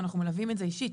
אנחנו מלווים את זה אישית.